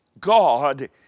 God